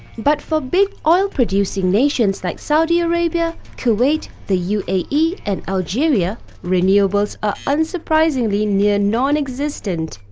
but for big oil producing nations like saudi arabia, kuwait, the u a e and algeria, renewables are unsurprisingly near non-existent.